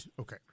Okay